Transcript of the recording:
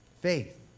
faith